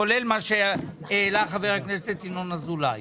כולל מה שהעלה חבר הכנסת ינון אזולאי.